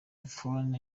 buffon